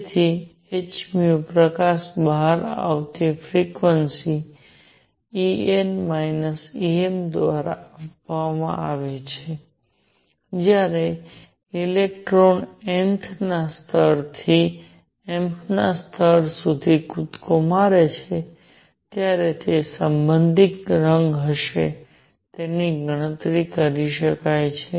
તેથી hν પ્રકાશ બહાર આવવાની ફ્રિક્વન્સી En Em દ્વારા આપવામાં આવશે જ્યારે ઇલેક્ટ્રોન nth ના સ્તરથી mth સ્તર સુધી કૂદકો મારે છે અને તે સંબંધિત રંગ હશે તેની ગણતરી કરી શકાય છે